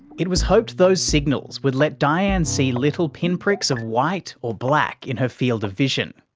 it was hoped those signals would let dianne see little pin-pricks of white or black in her field of vision,